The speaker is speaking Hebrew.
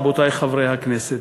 רבותי חברי הכנסת,